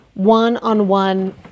one-on-one